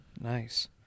Nice